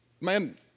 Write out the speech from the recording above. Man